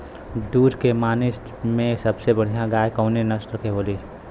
दुध के माने मे सबसे बढ़ियां गाय कवने नस्ल के होली?